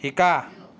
শিকা